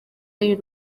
y’u